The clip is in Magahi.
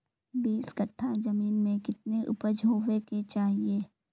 बीस कट्ठा जमीन में कितने उपज होबे के चाहिए?